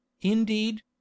indeed